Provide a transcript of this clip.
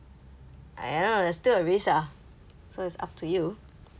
I don't know there's still a risk ah so it's up to you